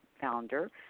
founder